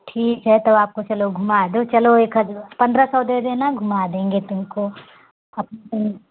ठीक है तो आपको चलो घुमा दूँ चलो एक हज़ार पंद्रह सौ दे देना घुमा देंगे तुमको अपने